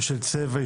בשל צבע,